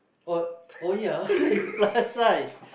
oh oh ya you plus size